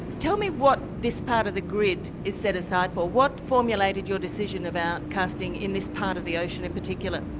tell me what this part of the grid is set aside for. what formulated your decision about casting in this part of the ocean in particular?